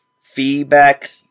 feedback